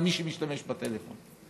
למי שמשתמש בטלפון,